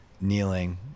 kneeling